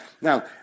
Now